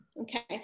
Okay